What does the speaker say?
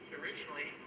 originally